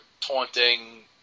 taunting